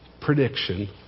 prediction